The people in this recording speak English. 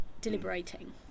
deliberating